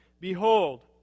Behold